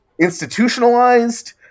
institutionalized